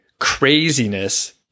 craziness